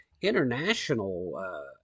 international